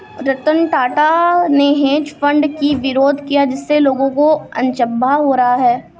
रतन टाटा ने hedge fund की विरोध किया जिससे लोगों को अचंभा हो रहा है